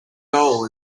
goal